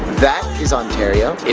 that is ontario.